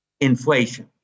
inflation